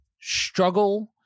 struggle